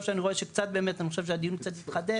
שאני רואה שבאמת אני רואה שהדיון קצת התחדד,